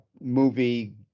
movie